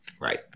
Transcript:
Right